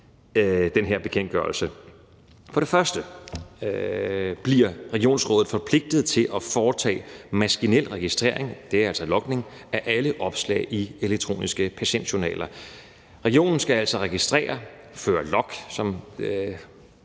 den her bekendtgørelse. For det første bliver regionsrådet forpligtet til at foretage maskinel registrering – det er altså logning – af alle opslag i elektroniske patientjournaler. Regionen skal altså registrere – føre log, som